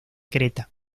creta